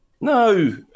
No